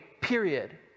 period